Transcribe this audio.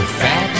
fat